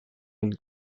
une